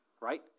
right